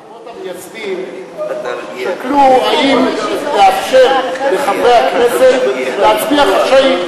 האבות המייסדים שקלו אם לאפשר לחברי הכנסת להצביע באופן חשאי,